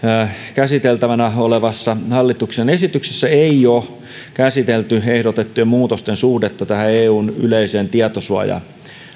käsiteltävänä olevassa hallituksen esityksessä ei ole käsitelty ehdotettujen muutosten suhdetta eun yleiseen tietosuoja